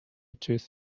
tooth